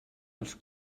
els